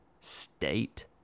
state